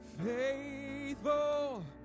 Faithful